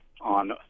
on